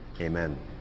Amen